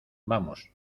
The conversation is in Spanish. vamos